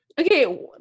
okay